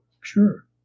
Sure